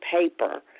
paper